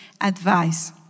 advice